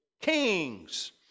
kings